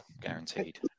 guaranteed